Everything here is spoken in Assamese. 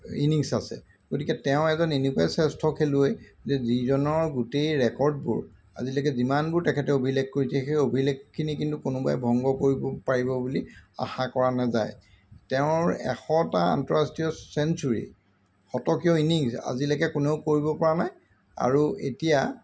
ইনিংছ আছে গতিকে তেওঁ এজন এনেকুৱা শ্ৰেষ্ঠ খেলুৱৈ যে যিজনৰ গোটেই ৰেকৰ্ডবোৰ আজিলৈকে যিমানবোৰ তেখেতে অভিলেখ কৰিছে সেই অভিলেখখিনি কিন্তু কোনোবাই ভংগ কৰিব পাৰিব বুলি আশা কৰা নাযায় তেওঁৰ এশটা আন্তঃৰাষ্ট্ৰীয় চেঞ্চুৰী শতকীয় ইনিংছ আজিলৈকে কোনেও কৰিবপৰা নাই আৰু এতিয়া